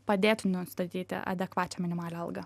padėtų nustatyti adekvačią minimalią algą